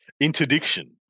interdiction